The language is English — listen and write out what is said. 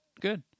Good